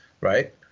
right